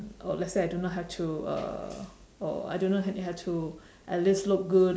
oh let's say I do not have to uh oh I do not have to at least look good